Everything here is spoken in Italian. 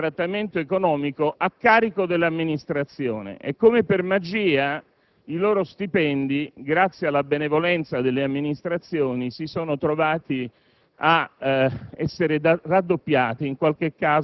si sono ritrovati ad avere il trattamento economico a carico dell'amministrazione e, come per magia, i loro stipendi, grazie alla benevolenza delle amministrazioni, si sono